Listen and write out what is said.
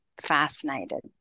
fascinated